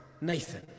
Nathan